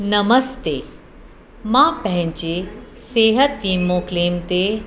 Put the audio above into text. नमस्ते मां पंहिंजे सिहत वीमो क्लेम ते